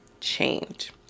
change